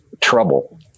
trouble